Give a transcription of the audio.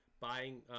buying